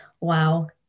Wow